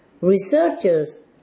researchers